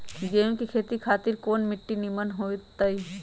गेंहू की खेती खातिर कौन मिट्टी निमन हो ताई?